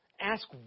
Ask